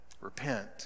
Repent